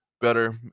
better